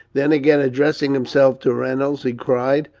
then, again addressing himself to reynolds, he cried,